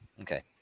okay